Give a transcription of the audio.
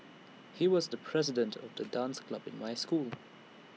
he was the president of the dance club in my school